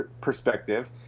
perspective